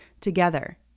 together